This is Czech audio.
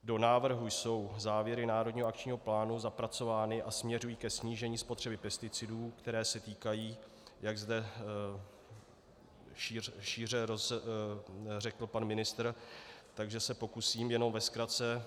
Do návrhu jsou závěry národního akčního plánu zapracovány a směřují ke snížení spotřeby pesticidů, které se týkají, jak zde šíře řekl pan ministr, takže se pokusím jenom ve zkratce.